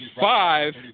five